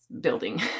building